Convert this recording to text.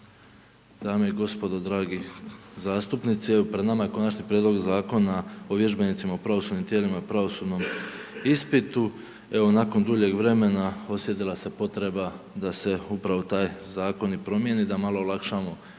dame i gospodo, dragi zastupnici. Evo pred nama je Konačni prijedlog Zakona o vježbenicima u pravosudnim tijelima i pravosudnim ispitu. Evo nakon duljeg vremena osjetila se potreba da se upravo taj zakon i promijeni, da malo olakšamo